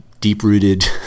deep-rooted